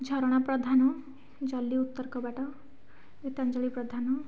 ଝରଣା ପ୍ରଧାନ ଜଲି ଉତ୍ତର କବାଟ ଗୀତାଞ୍ଜଳି ପ୍ରଧାନ